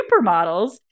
supermodels